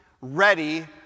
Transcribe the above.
Ready